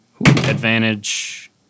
Advantage